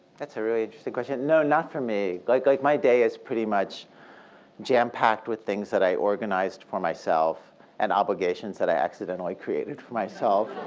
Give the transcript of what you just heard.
that's a really interesting question. no, not for me. like like my day is pretty much jam packed with things that i organized for myself and obligations that i accidentally created for myself,